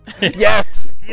Yes